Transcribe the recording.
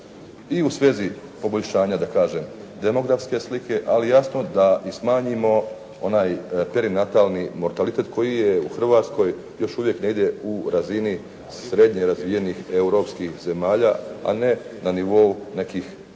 i u svezi poboljšanja da kažem demografske slike, ali jasno da i smanjimo onaj perinatalni mortalitet koji je u Hrvatskoj još uvijek negdje u razini srednje razvijenih europskih zemalja, a ne na nivou nekih